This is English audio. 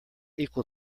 equal